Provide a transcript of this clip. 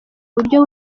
buryo